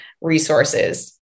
resources